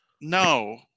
no